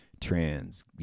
trans